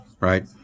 right